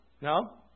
No